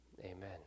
amen